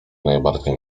najbardziej